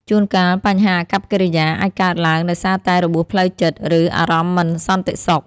ជួនកាលបញ្ហាអាកប្បកិរិយាអាចកើតឡើងដោយសារតែរបួសផ្លូវចិត្ត ឬអារម្មណ៍មិនសន្តិសុខ។